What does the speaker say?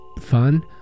fun